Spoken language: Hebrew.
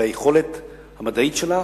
ביכולת המדעית שלה